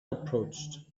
approached